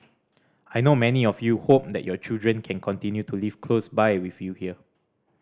I know many of you home that your children can continue to live close by with you here